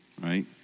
right